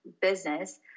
business